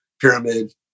Pyramid